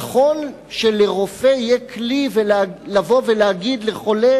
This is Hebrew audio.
נכון שלרופא יהיה כלי לבוא ולהגיד לחולה: